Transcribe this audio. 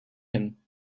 him